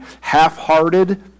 half-hearted